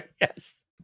Yes